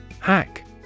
Hack